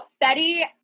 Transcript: Betty